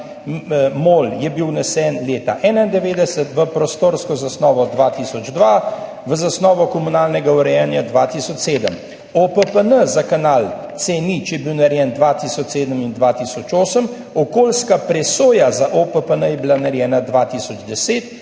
MOL je bil vnesen leta 1991, v prostorsko zasnovo 2002, v zasnovo komunalnega urejanja 2007. OPPN za kanal C0 je bil narejen leta 2007 in 2008, okoljska presoja za OPPN je bila narejena 2010,